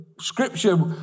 Scripture